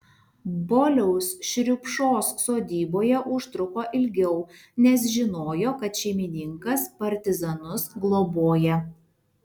boliaus šriupšos sodyboje užtruko ilgiau nes žinojo kad šeimininkas partizanus globoja